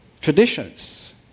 Traditions